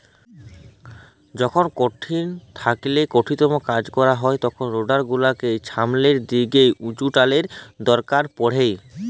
যখল কঠিল থ্যাইকে কঠিলতম কাজ ক্যরা হ্যয় তখল রোডার গুলালের ছামলের দিকে উঁচুটালের দরকার পড়হে